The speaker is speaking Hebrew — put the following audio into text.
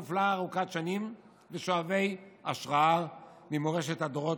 מופלאה ארוכת שנים ושואבי השראה ממורשת הדורות.